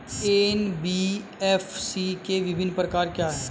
NBFC के विभिन्न प्रकार क्या हैं?